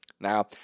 Now